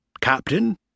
Captain